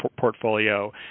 portfolio